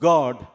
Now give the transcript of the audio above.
God